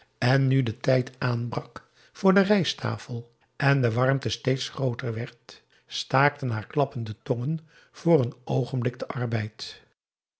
en nu de tijd aanbrak voor de rijsttafel en de warmte steeds grooter werd staakten haar klappende tongen voor een oogenblik den arbeid